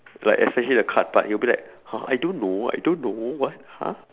like especially the card part he will be like oh I don't know I don't know what !huh!